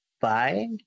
Bye